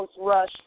rush